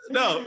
no